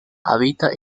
habita